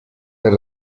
del